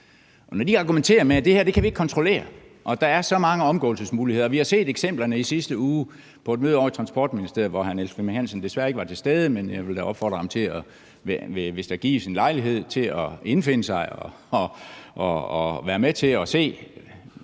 Og de argumenterer med, at de ikke kan kontrollere det her, og at der er så mange omgåelsesmuligheder. Vi har i sidste uge set eksemplerne på det på et møde ovre i Transportministeriet, hvor hr. Niels Flemming Hansen desværre ikke var til stede, men jeg vil da opfordre ham til, hvis der gives lejlighed, at indfinde sig og være med til at se,